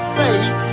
faith